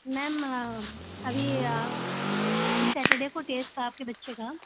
ma'am अभी इस Saturday को टेस्ट था आपके बच्चे का